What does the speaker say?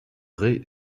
ray